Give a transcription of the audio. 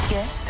Yes